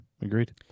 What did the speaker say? agreed